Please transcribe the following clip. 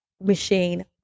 machine